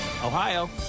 Ohio